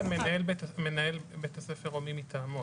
כתוב כאן מנהל בית הספר או מי מטעמו.